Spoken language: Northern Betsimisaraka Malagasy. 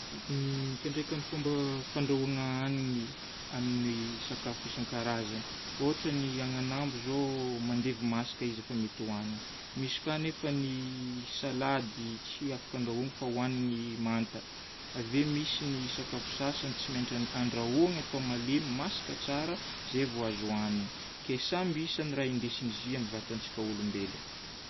Ny fiantraikan'ny fomba fandrahoagna hanigny amin'ny sakafo isankarazany. Ohatra agnanambo izao mandevy masaka izy efa mety hohanigny. Misy koa anefa ny salady tsy afaka andrahoagna fa hohanigny manta. Ave misy ny sakafo sasany tsy maintsy andrahoana atao malemy masaka tsara, izay vao azo hohanigna. Ke samby isan'ny raha indesin'izy io amin'ny vatan'olombelogno.